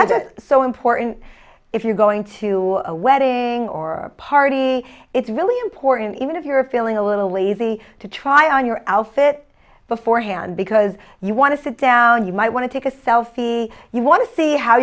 that's so important if you're going to a wedding or a party it's really important even if you're feeling a little lazy to try on your outfit beforehand because you want to sit down you might want to take a selfie you want to see how